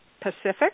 Pacific